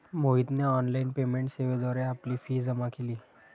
मोहितने online payment सेवेद्वारे आपली फी जमा केली